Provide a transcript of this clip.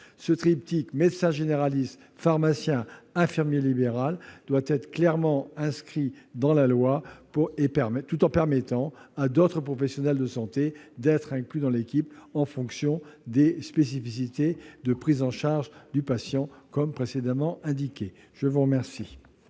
Ce triptyque médecin généraliste, pharmacien, infirmier libéral doit être clairement inscrit dans la loi, tout en permettant à d'autres professionnels de santé d'être inclus dans l'ESP, en fonction des spécificités de prise en charge du patient. Quel est l'avis de la commission